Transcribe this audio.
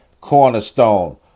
cornerstone